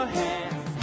hands